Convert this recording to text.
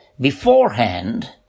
beforehand